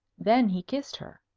then he kissed her.